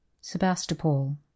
Sebastopol